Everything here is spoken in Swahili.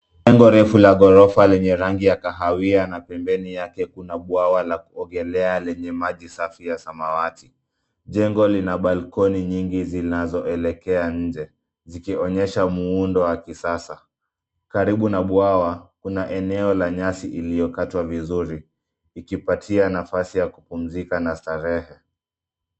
Jengo refu la ghorofa lenye rangi ya kahawia na pembeni yake kuna bwawa la kuogelea lenye maji safi ya samawati, jengo lina balkoni nyingi zinazoelekea nje zikionyesha muundo wa kisasa, karibu na bwawa una eneo la nyasi iliyokatwa vizuri ikipatia nafasi ya kupumzika na starehe.